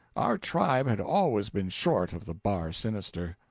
our tribe had always been short of the bar sinister.